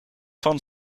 van